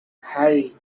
harry